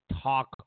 talk